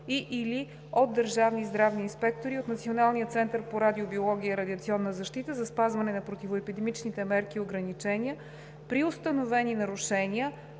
и/или от държавни здравни инспектори от Националния център по радиобиология и радиационна защита за спазване на противоепидемичните мерки и ограничения. При установени нарушения